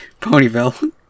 Ponyville